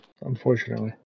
Unfortunately